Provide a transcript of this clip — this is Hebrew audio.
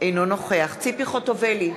אינו נוכח ציפי חוטובלי,